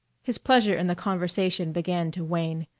his pleasure in the conversation began to wane.